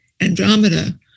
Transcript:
Andromeda